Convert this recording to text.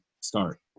start